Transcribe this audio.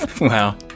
Wow